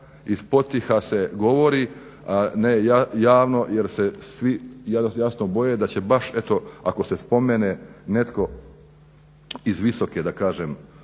iz potiha se govori ne javno jer se svi jasno boje da će baš eto ako se spomene netko iz visoke da kažem